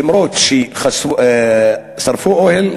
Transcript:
למרות שהם שרפו אוהל,